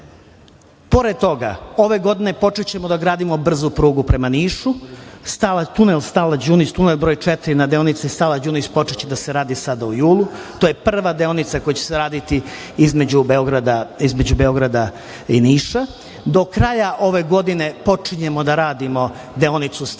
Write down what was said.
toga, ove godine počećemo da gradimo brzu prugu prema Nišu, tunel Stalać – Đunis, tunel broj četiri na deonici Stalać – Đunis počeće da se radi sada u julu. To je prva deonica koja će se raditi između Beograda i Niša. Do kraja ove godine počinjemo da radimo deonicu Stalać